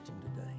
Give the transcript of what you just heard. today